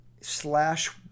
Slash